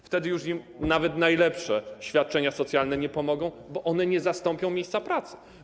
Wtedy już im nawet najlepsze świadczenia socjalne nie pomogą, bo one nie zastąpią miejsca pracy.